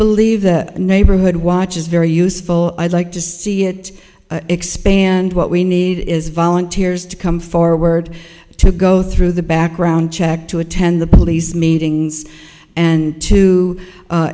believe that a neighborhood watch is very useful i'd like to see it expand what we need is volunteers to come forward to go through the background check to attend the police meetings and to